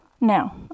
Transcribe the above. now